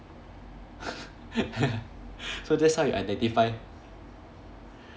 so that's how you identify